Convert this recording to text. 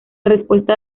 respuesta